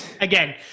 Again